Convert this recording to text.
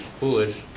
foolish,